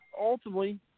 ultimately